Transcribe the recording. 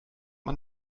man